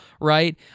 right